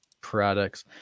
products